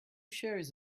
shares